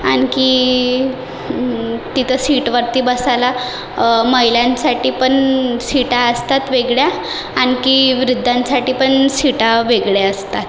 आणखी तिथं सीटवरती बसायला महिलांसाठी पण सीटा असतात वेगळ्या आणखी वृद्धांसाठी पण सीटा वेगळ्या असतात